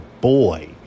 boy